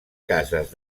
cases